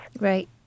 Right